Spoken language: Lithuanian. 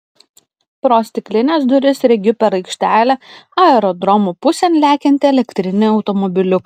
pro stiklines duris regiu per aikštelę aerodromo pusėn lekiantį elektrinį automobiliuką